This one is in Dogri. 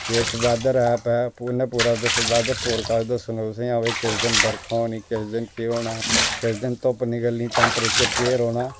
ते इक बैदर ऐप ऐ उ'ने पूरा बैदर फोरकास्ट दस्सी उड़ना कि कदूं बरखा होनी किस दिन केह् होना किस दिन धूप रौंह्नी किस दिन टेम्परेचर केह् रौह्ना